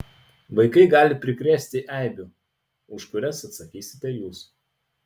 vaikai gali prikrėsti eibių už kurias atsakysite jūs